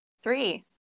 three